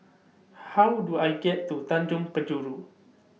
How Do I get to Tanjong Penjuru